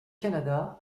canada